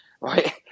right